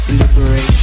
liberation